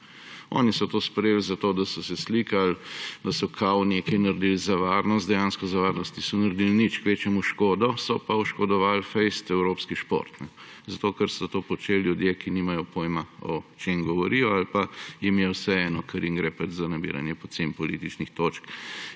Oni so to sprejeli zato, da so se slikali, češ, da so nekaj naredili za varnost. Dejansko za varnost niso naredili nič, kvečjemu škodo. So pa zelo oškodovali evropski šport. Zato ker so to počeli ljudje, ki nimajo pojma, o čem govorijo, ali pa jim je vseeno, ker jim gre pač za nabiranje poceni političnih točk.